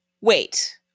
Wait